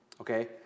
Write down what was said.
Okay